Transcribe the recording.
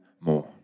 more